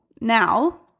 now